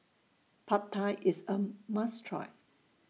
Pad Thai IS A must Try